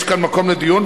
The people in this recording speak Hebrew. יש כאן מקום לדיון,